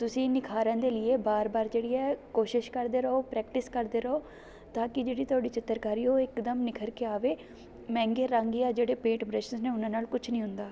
ਤੁਸੀਂ ਨਿਖਾਰਨ ਦੇ ਲੀਏ ਵਾਰ ਵਾਰ ਜਿਹੜੀ ਹੈ ਕੋਸ਼ਿਸ਼ ਕਰਦੇ ਰਹੋ ਪ੍ਰੈਕਟਿਸ ਕਰਦੇ ਰਹੋ ਤਾਂ ਕਿ ਜਿਹੜੀ ਤੁਹਾਡੀ ਚਿੱਤਰਕਾਰੀ ਉਹ ਇਕਦਮ ਨਿਖਰ ਕੇ ਆਵੇ ਮਹਿੰਗੇ ਰੰਗ ਜਾਂ ਜਿਹੜੇ ਪੇਂਟ ਬਰੱਸ਼ਿਸ਼ ਨੇ ਉਹਨਾਂ ਨਾਲ ਕੁਛ ਨਹੀਂ ਹੁੰਦਾ